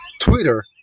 Twitter